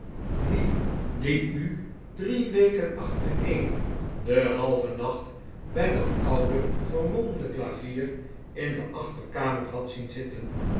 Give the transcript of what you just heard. wie die u drie weken achtefeen den halven nacht bij dat oude vermolmde klavier in de achterkamer had zien zitten